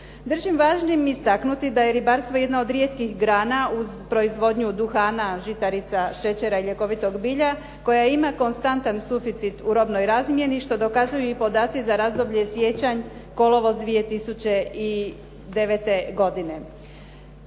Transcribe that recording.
Držim važnim istaknuti da je ribarstvo jedna od rijetkih grana uz proizvodnju duhana, žitarica, šećera i ljekovitog bilja koja ima konstantan suficit u robnoj razmjeni što dokazuju i podaci za razdoblje siječanj – kolovoz 2009. godine.